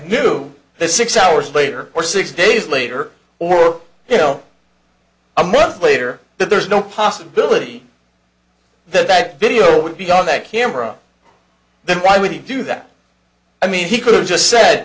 this six hours later or six days later or you know a month later that there's no possibility that back video would be on that camera then why would he do that i mean he could have just said